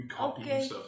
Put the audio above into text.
Okay